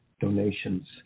donations